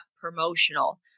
promotional